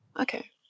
Okay